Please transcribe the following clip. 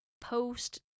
post-